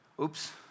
Oops